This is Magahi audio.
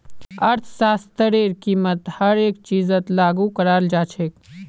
अर्थशास्त्रतेर कीमत हर एक चीजत लागू कराल जा छेक